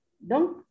Donc